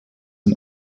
and